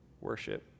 worship